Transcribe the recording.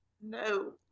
No